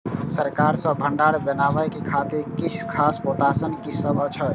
सरकार सँ भण्डार बनेवाक खातिर किछ खास प्रोत्साहन कि सब अइछ?